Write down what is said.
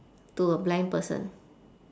to a blind person